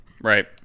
right